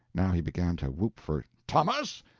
now he began to whoop for thomas,